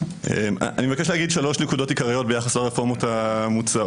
אני מבקש להגיד שלוש נקודות עיקריות ביחס לרפורמות המוצעות,